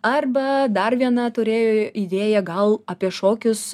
arba dar viena turėjo idėją gal apie šokius